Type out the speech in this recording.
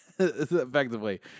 effectively